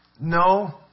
No